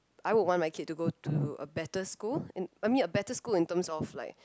I would want my kid to go to a better school in I mean a better school in terms of like